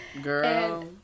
girl